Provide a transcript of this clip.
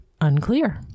Unclear